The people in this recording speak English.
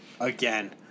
again